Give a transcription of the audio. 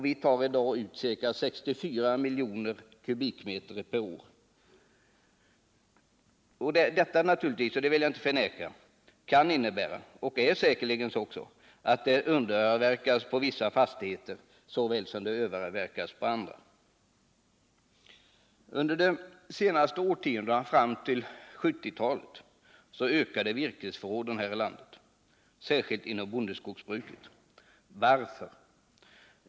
Vi tar i dag ut ca 64 milj. skogskubikmeter per år. Detta uttag kan naturligtvis — det vill jag inte förneka — leda till att vissa fastigheter underavverkas, medan andra överavverkas. Under årtiondena fram till 1970 ökade virkesförråden i vårt land, särskilt inom bondeskogsbruket. Varför?